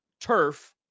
turf